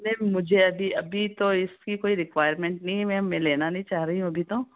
ma'am मुझे अभी अभी तो इसकी कोई रिक्वायरमेंट नहीं है मैम मैं लेना नहीं चाह रही हूँ अभी तो